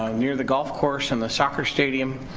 um near the golf course and the soccer stadium.